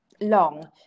long